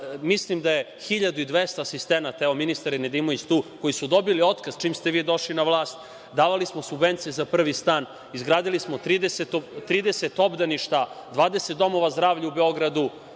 Mislim da je 1.200 asistenata, evo, ministar Nedimović je tu, koji su dobili otkaz čim ste vi došli na vlast, davali smo subvencije za prvi stan, izgradili smo 30 obdaništa, 20 domova zdravlja u Beogradu,